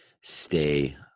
Stay